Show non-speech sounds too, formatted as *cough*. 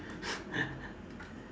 *laughs*